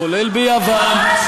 כולל ביוון,